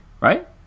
right